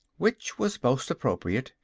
which was most appropriate,